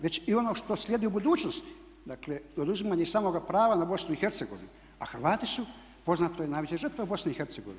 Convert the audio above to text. Već i ono što slijedi u budućnosti, dakle oduzimanje samoga prava na BiH, a Hrvati su poznato je najveće žrtve u BiH.